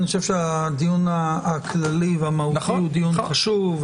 אני חושב שהדיון הכללי והמהותי הוא דיון חשוב,